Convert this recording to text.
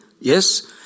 Yes